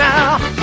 Now